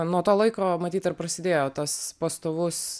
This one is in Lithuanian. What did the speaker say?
nuo to laiko matyt ir prasidėjo tas pastovus